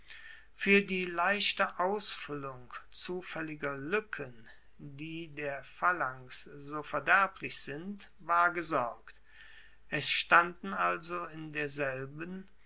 fuer die leichte ausfuellung zufaelliger luecken die der phalanx so verderblich sind war gesorgt es standen also in derselben